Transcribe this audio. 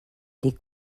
les